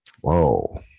Whoa